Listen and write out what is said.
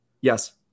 Yes